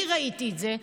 אני ראיתי את זה,